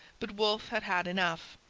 but wolfe had had enough.